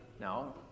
No